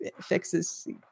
fixes